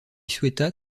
souhaita